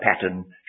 pattern